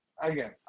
Again